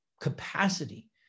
capacity